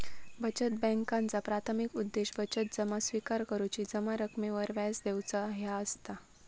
बचत बॅन्कांचा प्राथमिक उद्देश बचत जमा स्विकार करुची, जमा रकमेवर व्याज देऊचा ह्या असता